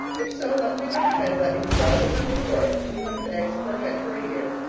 if so, let me recommend that invaluable little work, two hundred eggs per hen per year.